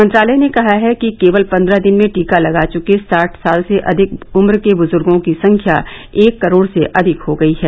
मंत्रालय ने कहा है कि केवल पंद्रह दिन में टीका लगा चुके साठ साल से अधिक उम्र के बुजुर्गों की संख्या एक करोड़ से अधिक हो गई है